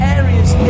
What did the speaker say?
areas